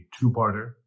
two-parter